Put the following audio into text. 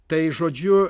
tai žodžiu